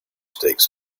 stakes